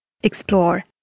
Explore